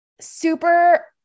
super